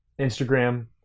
Instagram